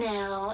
Now